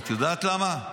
את יודעת למה?